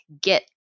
get